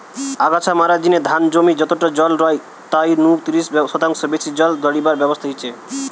আগাছা মারার জিনে ধান জমি যতটা জল রয় তাই নু তিরিশ শতাংশ বেশি জল দাড়িবার ব্যবস্থা হিচে